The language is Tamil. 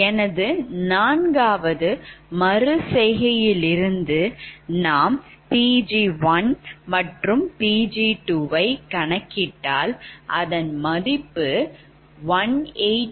எனது நான்காவது மறு செய்கைலிருந்து நாம் Pg1 மற்றும்Pg2 வை கணக்கிட்டால் அதன் மதிப்பு 188